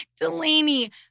Delaney